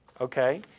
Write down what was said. Okay